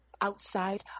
outside